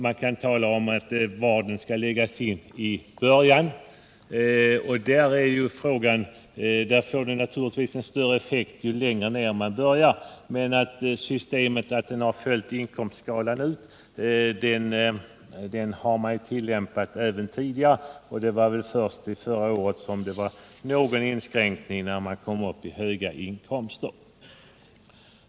Man kan diskutera var den största sänkningen skall läggas in, och effekten blir naturligtvis större ju längre ner man börjar, men principen att den största sänkningen har följt inkomstskalan ut har tillämpats även tidigare. Det var först förra året som det skedde någon inskränkning i de högsta inkomstlägena.